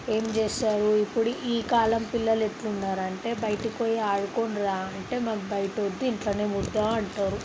ఏం చేస్తారు ఇప్పుడు ఈ కాలం పిల్లలు ఎట్లున్నారంటే బయటికి ఆడుకోండిరా అంటే మాకు బయట వద్దు ఇంట్లోనే ఉంటాను అంటారు